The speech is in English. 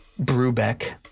Brubeck